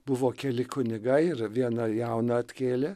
buvo keli kunigai ir vieną jauną atkėlė